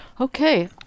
okay